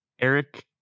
Eric